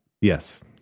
Yes